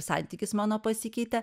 santykis mano pasikeitė